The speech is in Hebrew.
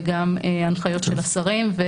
וגם הנחיות של השרים.